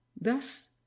Thus